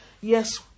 Yes